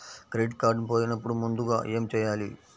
Credit card పోయినపుడు ముందుగా ఏమి చేయాలి?